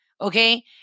okay